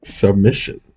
submission